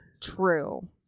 True